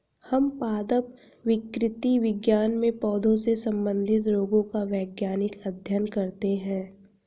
हम पादप विकृति विज्ञान में पौधों से संबंधित रोगों का वैज्ञानिक अध्ययन करते हैं